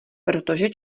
protože